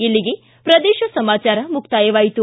ಇಲ್ಲಿಗೆ ಪ್ರದೇಶ ಸಮಾಚಾರ ಮುಕ್ತಾಯವಾಯಿತು